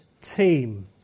team